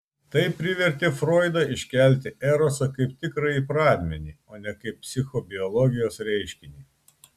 tai privertė froidą iškelti erosą kaip tikrąjį pradmenį o ne kaip psichobiologijos reiškinį